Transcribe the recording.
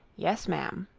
yes, ma'am.